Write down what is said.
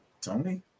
Tony